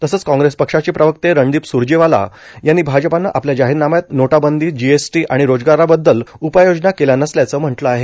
तसंच काँग्रेस पक्षाचे प्रवक्ते रणदीप सुरजेवाला यांनी भाजपानं आपल्या जाहीरनाम्यात नोटाबंदी जीएसदी आणि रोजगाराबद्दल उपाययोजना केल्या नसल्याचं म्हटलं आहे